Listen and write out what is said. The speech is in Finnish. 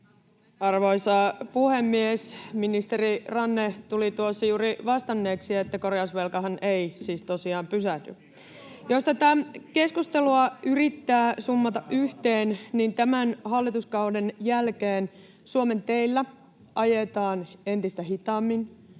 Arvoisa puhemies! Ministeri Ranne tuli tuossa juuri vastanneeksi, että korjausvelkahan ei siis tosiaan pysähdy. [Mikko Savola: Siinä se totuus tuli, vihdoinkin!] Jos tätä keskustelua yrittää summata yhteen, niin tämän hallituskauden jälkeen Suomen teillä ajetaan entistä hitaammin,